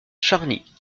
charny